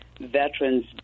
veterans